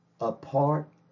apart